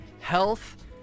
health